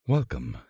Welcome